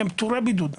הם פטורי בידוד,